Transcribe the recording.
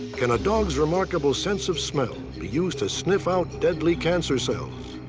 can a dog's remarkable sense of smell be used to sniff out deadly cancers? so